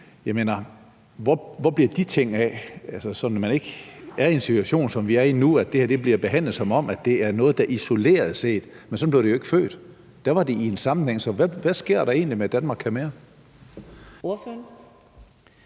Hvor bliver de ting af? Vi er jo i en situation nu, hvor det her bliver behandlet, som om det er noget, der er isoleret, men sådan blev det jo ikke født. Da var det i en sammenhæng med noget. Så hvad sker der egentlig med »Danmark kan mere«?